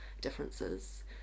differences